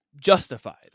justified